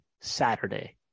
Saturday